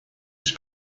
ist